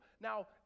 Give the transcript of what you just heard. Now